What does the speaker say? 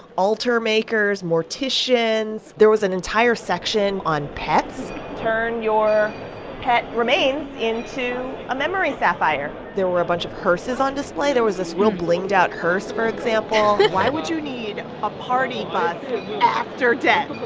altar makers, morticians. there was an entire section on pets turn your pet remains into a memory sapphire there were a bunch of hearses on display. there was this real blinged-out hearse, for example why would you need a party bus after death?